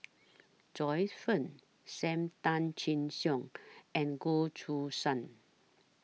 Joyce fan SAM Tan Chin Siong and Goh Choo San